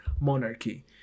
monarchy